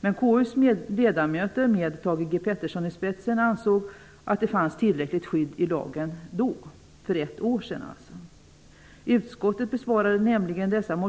Men KU:s ledamöter, med Thage G Peterson i spetsen, ansåg att det fanns tillräckligt skydd i lagen då, för ett år sedan alltså. Utskottet bemötte motionerna så här: